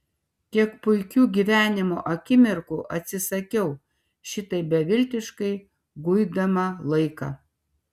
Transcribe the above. kiek puikių gyvenimo akimirkų atsisakiau šitaip beviltiškai guidama laiką